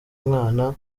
mwana